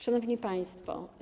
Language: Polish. Szanowni Państwo!